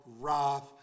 wrath